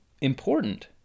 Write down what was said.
important